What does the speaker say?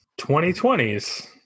2020's